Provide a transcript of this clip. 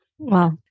Wow